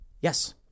Yes